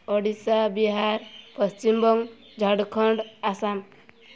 Odisha Bihar Paschimbanga Jharkhand Assam